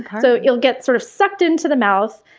so you'll get sort of sucked into the mouth,